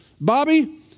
Bobby